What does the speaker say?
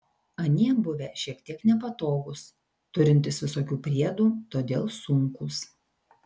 anie buvę šiek tiek nepatogūs turintys visokių priedų todėl sunkūs